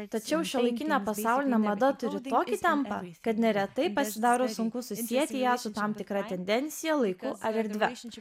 tačiau šiuolaikinė pasaulinė mada turi tokį tempą kad neretai pasidaro sunku susieti ją su tam tikra tendencija laiku ar erdve